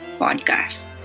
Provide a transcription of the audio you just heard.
podcast